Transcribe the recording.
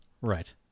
Right